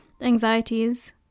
anxieties